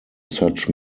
such